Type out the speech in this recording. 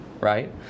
right